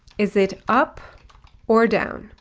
is it up or down?